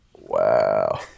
wow